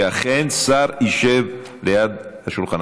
שאכן שר ישב ליד השולחן.